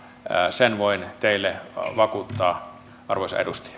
sen voin teille vakuuttaa arvoisa edustaja